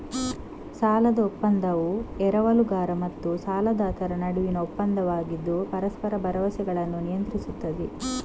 ಸಾಲದ ಒಪ್ಪಂದವು ಎರವಲುಗಾರ ಮತ್ತು ಸಾಲದಾತರ ನಡುವಿನ ಒಪ್ಪಂದವಾಗಿದ್ದು ಪರಸ್ಪರ ಭರವಸೆಗಳನ್ನು ನಿಯಂತ್ರಿಸುತ್ತದೆ